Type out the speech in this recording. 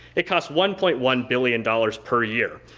it costs one point one billion dollars per year.